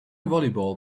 volleyball